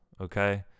Okay